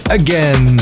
again